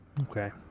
okay